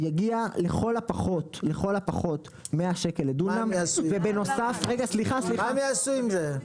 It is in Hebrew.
יגיע לכל הפחות 100 ₪ לדונם ובנוסף --- ומה הם יעשו עם זה?